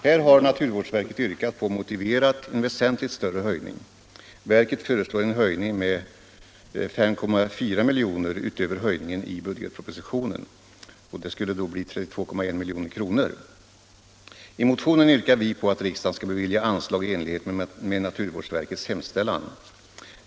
Här har naturvårdsverket yrkat på och motiverat en väsentligt större höjning. Verket föreslår en höjning utöver höjningen i budgetpropositionen med 5,4 milj.kr. till 32,1 milj.kr. I motionen yrkar vi på att riksdagen skall bevilja anslag i enlighet med naturvårdsverkets hemställan.